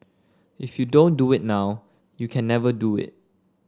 if you don't do it now you can never do it